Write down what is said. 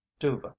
Duva